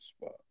spot